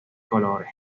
colores